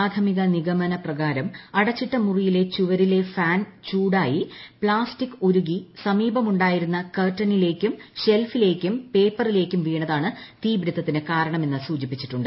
പ്രാഥമിക നിഗമന പ്രകാരം അടച്ചിട്ട മുറിയ്ക്കിലെ വോൾഫാൻ ചൂടായി പ്ലാസ്റ്റിക് ഉരുകി സമീപമുണ്ടായിരുണ്ട് ക്ർട്ടനിലേക്കും ഷെൽഫി ലേക്കും പേപ്പറിലേക്കും വീണതാണ് ത്രീപിടുത്തത്തിന് കാരണമെന്ന് സൂചിപ്പിച്ചിട്ടുണ്ട്